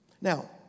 Now